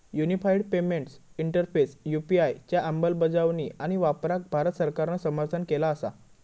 unified payments interface UPI च्या अंमलबजावणी आणि वापराक भारत सरकारान समर्थन केला असा